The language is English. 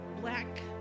black